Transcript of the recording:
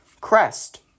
Crest